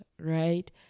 right